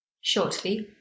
Shortly